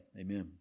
Amen